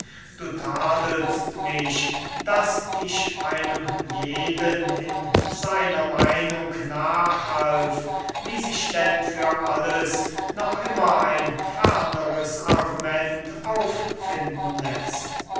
du tadelst mich daß ich einem jeden in seiner meinung nachhalf wie sich denn für alles noch immer ein ferneres argument auffinden läßt